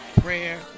prayer